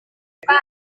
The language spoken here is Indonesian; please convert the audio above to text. maaf